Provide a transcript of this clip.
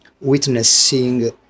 witnessing